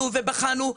ובדקנו ובחנו.